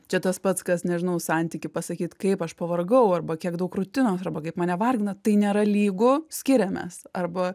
čia tas pats kas nežinau santykį pasakyt kaip aš pavargau arba kiek daug rutino arba kaip mane vargina tai nėra lygu skiriamės arba